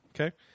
Okay